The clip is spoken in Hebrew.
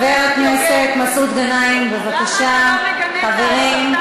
למה אתה לא מגנה את דבריו של חבר הכנסת יוגב?